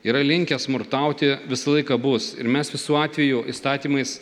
yra linkę smurtauti visą laiką bus ir mes visų atvejų įstatymais